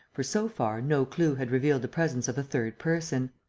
for, so far, no clue had revealed the presence of a third person.